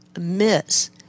miss